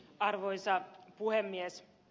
arvoisa puhemies